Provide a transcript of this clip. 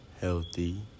healthy